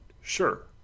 sure